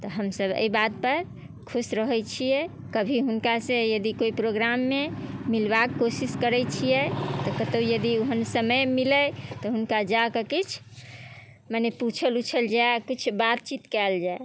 तऽ हमसब एहि बातपर खुश रहै छिए कभी हुनकासँ यदि कोइ प्रोग्राममे मिलबाके कोशिश करै छिए तऽ कतहु यदि ओहन समय मिलै तऽ हुनका जाकऽ किछु मने पूछल उछल जाइ किछु बातचीत कएल जाइ